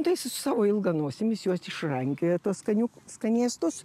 tai jis su savo ilga nosim jis juos išrankioja tuos skaniu skanėstus